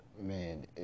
Man